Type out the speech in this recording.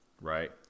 right